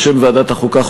בשם ועדת החוקה,